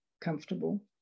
comfortable